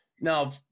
Now